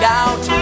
out